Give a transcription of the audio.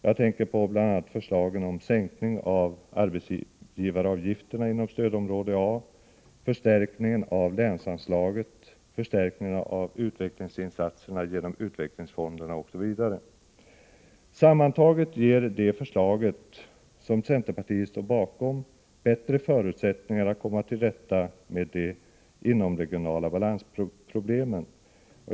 Jag tänker på bl.a. förslagen om sänkningen av arbetsgivaravgifterna inom stödområde A, förstärkningen av länsanslagen, förstärkningen av medlen till utvecklingsfonderna osv. Sammantaget ger det förslag som centerpartiet står bakom bättre förutsättningar att komma till rätta med de inomregionala balansproblemen.